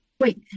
Wait